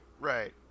Right